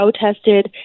protested